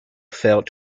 failed